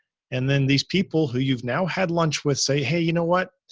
and then these people who you've now had lunch with, say, hey, you know what?